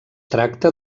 tracta